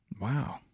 Wow